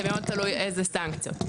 זה מאוד תלוי איזה סנקציות.